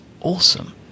awesome